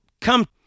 come